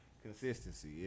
Consistency